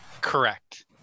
Correct